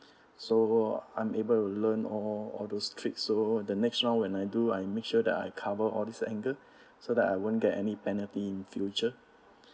so unable to learn all all those tricks so the next round when I do I make sure that I cover all these angle so that I won't get any penalty in future